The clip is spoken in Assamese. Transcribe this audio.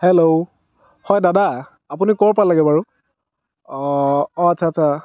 হেল্ল' হয় দাদা আপুনি ক'ৰ পালেগৈ বাৰু অঁ অঁ আচ্ছা আচ্ছা